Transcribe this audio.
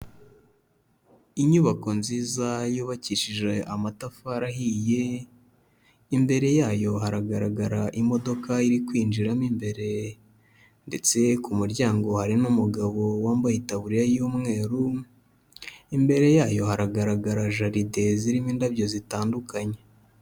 Inyubako nziza yubakishije amatafari ahiye, imbere yayo haragaragara imodoka iri kwinjira mo imbere ndetse ku muryango hari n'umugabo wambaye itabuririya y'umweru, imbere yayo haragaragara jaride zirimo indabyo zitandukanye.